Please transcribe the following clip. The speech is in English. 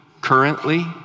Currently